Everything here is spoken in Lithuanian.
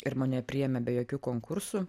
ir mane priėmė be jokių konkursų